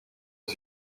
aux